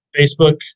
Facebook